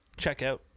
checkout